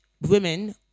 women